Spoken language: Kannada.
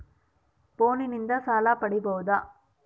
ಫೋನಿನಿಂದ ಸಾಲ ಪಡೇಬೋದ?